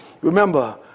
remember